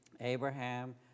Abraham